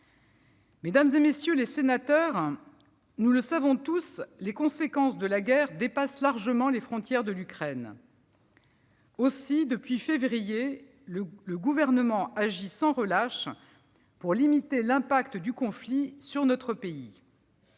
Mesdames, messieurs les sénateurs, nous le savons tous, les conséquences de la guerre dépassent largement les frontières de l'Ukraine. Aussi, depuis février, le Gouvernement agit sans relâche pour limiter l'impact du conflit sur notre pays.